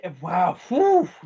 wow